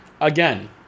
Again